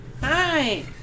Hi